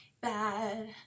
bad